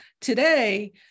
today